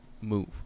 move